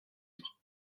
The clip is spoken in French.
libres